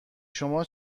شما